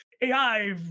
AI